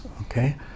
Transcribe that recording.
okay